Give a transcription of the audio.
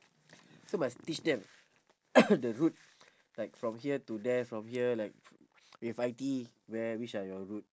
so must teach them the route like from here to there from here like if I_T_E where which are your route